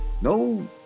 no